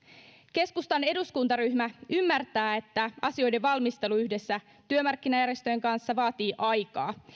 keskustan eduskuntaryhmä ymmärtää että asioiden valmistelu yhdessä työmarkkinajärjestöjen kanssa vaatii aikaa